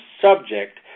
subject